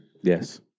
yes